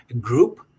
group